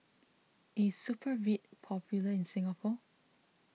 is Supravit popular in Singapore